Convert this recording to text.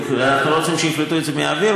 אנחנו לא רוצים שיפלטו את זה לאוויר.